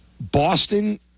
Boston